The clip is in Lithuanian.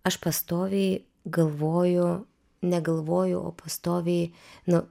aš pastoviai galvoju negalvoju o pastoviai nu